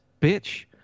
bitch